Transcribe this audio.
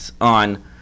on